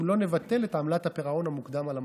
לא נבטל את עמלת הפירעון המוקדם על המשכנתה.